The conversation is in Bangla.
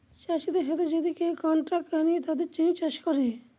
চাষীদের সাথে যদি কেউ কন্ট্রাক্ট বানিয়ে তাদের জমি চাষ করে